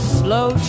slow